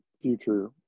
future